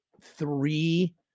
three